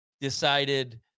decided